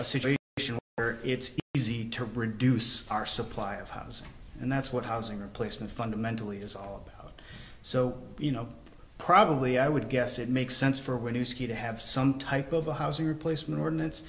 a situation it's easy to reduce our supply of housing and that's what housing replacement fundamentally is all about so you know probably i would guess it makes sense for when you ski to have some type of a housing replacement ordinance